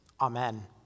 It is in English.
Amen